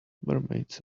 mermaids